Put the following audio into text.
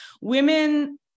women